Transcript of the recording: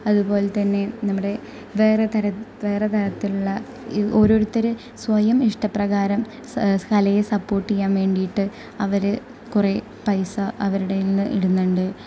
അതുപോലെതന്നെ നമ്മുടെ വേറെ തര വേറെ തരത്തിലുള്ള ഓരോരുത്തര് സ്വയം ഇഷ്ടപ്രകാരം കലയെ സപ്പോർട്ട് ചെയ്യാൻ വേണ്ടിയിട്ട് അവര് കുറെ പൈസ അവരുടെ കയ്യിൽ നിന്ന് ഇടുന്നുണ്ട്